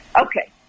Okay